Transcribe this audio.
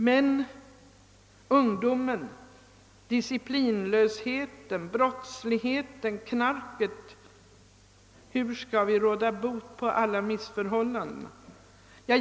Men ungdomen och disciplin lösheten, brottsligheten, knarket, hur skall vi råda bot på alla missförhållanden?